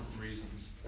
reasons